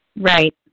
Right